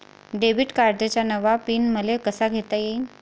Debit कार्डचा नवा PIN मले कसा घेता येईन?